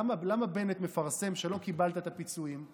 למה בנט מפרסם שלא קיבלת את הפיצויים?